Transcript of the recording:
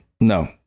No